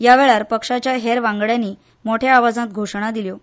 ह्या वेळार पक्षाच्या हेर वांगड्यांनी मोट्या आवाजांत घोशणा दिल्यो